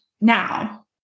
now